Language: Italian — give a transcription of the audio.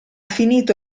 finito